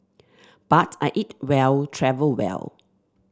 but I eat well travel well